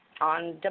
on